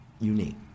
unique